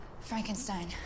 Frankenstein